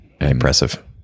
Impressive